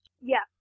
Yes